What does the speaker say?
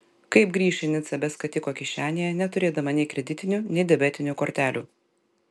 kaip grįš į nicą be skatiko kišenėje neturėdama nei kreditinių nei debetinių kortelių